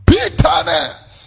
Bitterness